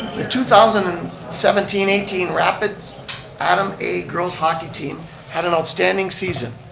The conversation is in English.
the two thousand and seventeen eighteen rapids adam a girls hockey team had an outstanding season.